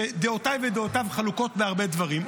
שדעותיי ודעותיו חלוקות בהרבה דברים,